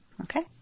Okay